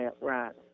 Right